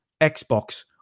Xbox